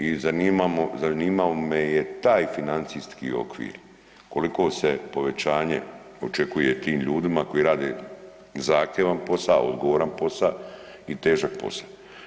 I zanimao me je taj financijski okvir koliko se povećanje očekuje tim ljudima koji rade zahtjevan posao, odgovoran posao i težak posao.